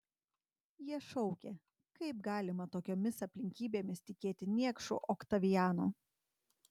jie šaukė kaip galima tokiomis aplinkybėmis tikėti niekšu oktavianu